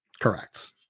Correct